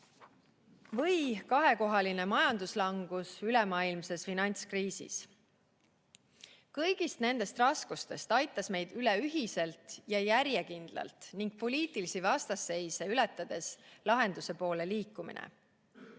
või kahekohaline majanduslangus ülemaailmses finantskriisis. Kõigist nendest raskustest aitas meid üle ühiselt ja järjekindlalt ning poliitilisi vastasseise ületades lahenduse poole liikumine.